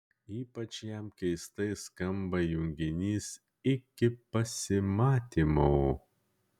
ypač jam keistai skamba junginys iki pasimatymo